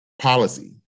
policy